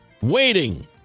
Waiting